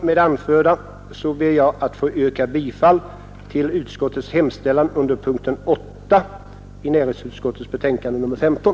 Med det anförda ber jag att få yrka bifall till näringsutskottets hemställan under punkten 8 i dess betänkande nr 15.